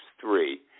three